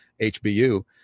HBU